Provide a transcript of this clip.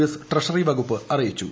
S treasury വകുപ്പ് അറിയിച്ചു